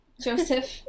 Joseph